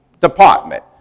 department